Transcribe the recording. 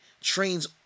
trains